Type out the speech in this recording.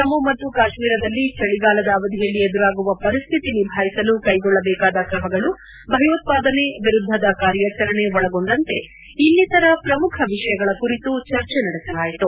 ಜಮ್ಮ ಮತ್ತು ಕಾಶ್ಮೀರದಲ್ಲಿ ಚಳಿಗಾಲದ ಅವಧಿಯಲ್ಲಿ ಎದುರಾಗುವ ಪರಿಸ್ಥಿತಿ ನಿಭಾಯಿಸಲು ಕೈಗೊಳ್ಳಬೇಕಾದ ಕ್ರಮಗಳು ಭಯೋತ್ಪಾದನೆ ವಿರುದ್ದದ ಕಾರ್ಯಾಚರಣೆ ಒಳಗೊಂಡಂತೆ ಇನ್ನಿತರ ಪ್ರಮುಖ ವಿಷಯಗಳ ಕುರಿತು ಚರ್ಚೆ ನಡೆಸಲಾಯಿತು